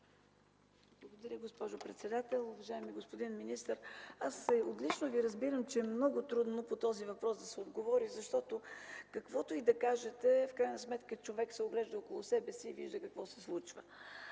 Благодаря, госпожо председател. Уважаеми господин министър, аз отлично Ви разбирам, че е много трудно да се отговори на този въпрос, защото каквото и да кажете, в крайна сметка човек се оглежда около себе си и вижда какво се случва.